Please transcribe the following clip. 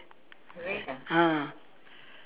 ah